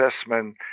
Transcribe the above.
assessment